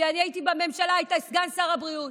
כי אני הייתי בממשלה, היית סגן שר הבריאות,